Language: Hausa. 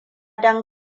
don